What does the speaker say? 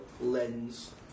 Lens